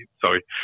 sorry